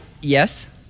yes